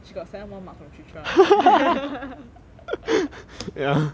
she got seven more marks from chitra